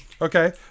Okay